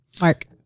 Mark